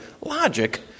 logic